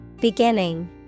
Beginning